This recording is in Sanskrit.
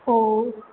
ओ